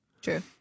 True